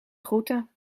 groeten